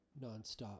nonstop